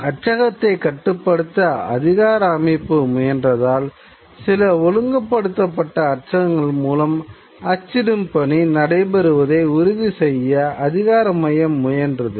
அச்சகத்தை கட்டுப்படுத்த அதிகார அமைப்பு முயன்றதால் சில ஒழுங்குபடுத்தப்பட்ட அச்சகங்கள் மூலம் அச்சிடும் பணி நடைபெறுவதை உறுதிசெய்ய அதிகார மையம் முயன்றது